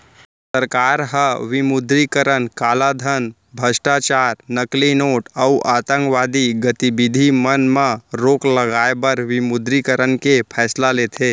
सरकार ह विमुद्रीकरन कालाधन, भस्टाचार, नकली नोट अउ आंतकवादी गतिबिधि मन म रोक लगाए बर विमुद्रीकरन के फैसला लेथे